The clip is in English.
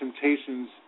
temptations